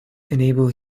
enable